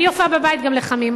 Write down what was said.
אני אופה בבית, גם, לחמים.